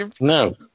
No